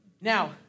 Now